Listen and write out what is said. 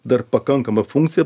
dar pakankama funkcija